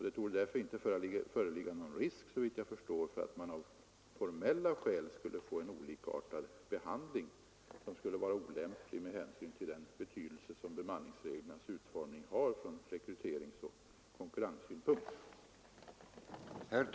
Det torde därför inte föreligga någon risk, såvitt jag förstår, för att man av formella skäl skulle få en olikartad behandling, som skulle vara olämplig med hänsyn till den betydelse som bemanningsreglernas utformning har från rekryteringsoch konkurrenssynpunkt.